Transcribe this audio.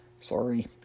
Sorry